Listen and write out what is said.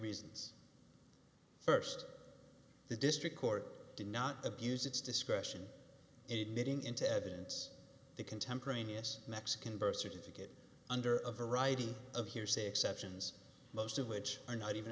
reasons first the district court did not abuse its discretion in knitting into evidence the contemporaneous mexican birth certificate under of variety of hearsay exceptions most of which are not even